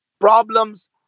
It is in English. problems